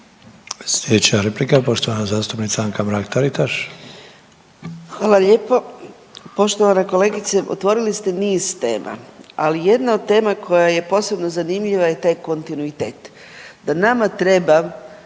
Slijedeća replika poštovana zastupnica Anka Mrak-Taritaš. **Mrak-Taritaš, Anka (GLAS)** Hvala lijepo. Poštovana kolegice, otvorili ste niz tema, ali jedna od tema koja je posebno zanimljiva je taj kontinuitet da nama po 3-4.g.